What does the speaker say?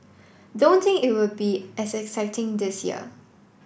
don't think it will be as exciting this year